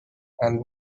and